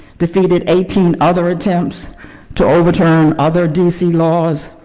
defeated eighteen other attempts to overturn other d c. laws,